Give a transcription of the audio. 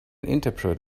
interpret